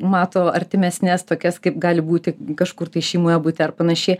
mato artimesnes tokias kaip gali būti kažkur tai šeimoje bute ar panašiai